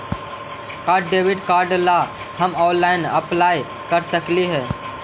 का debit card ला हम ऑनलाइन अप्लाई कर सकली हे?